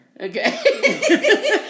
Okay